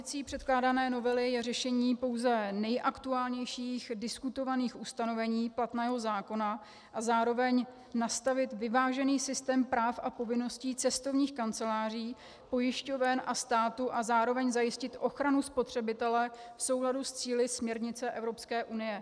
Ambicí předkládané novely je řešení pouze nejaktuálnějších diskutovaných ustanovení platného zákona a zároveň nastavit vyvážený systém práv a povinností cestovních kanceláří, pojišťoven a státu a zároveň zajistit ochranu spotřebitele v souladu s cíli směrnice Evropské unie.